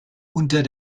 unter